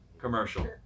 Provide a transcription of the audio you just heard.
commercial